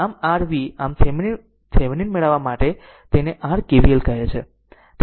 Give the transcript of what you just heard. આમ r V આમ Thevenin મેળવવા માટે તેને r KVL કહે છે તે લાગુ કરો